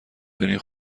برین